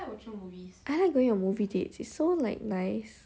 I like going on movie dates it's so like nice